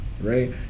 right